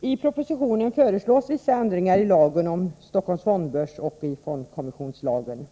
I propositionen föreslås vissa ändringar i lagen om Stockholms fondbörs och i fondkommissionslagen.